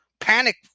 panic